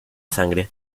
sangre